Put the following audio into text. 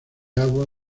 agua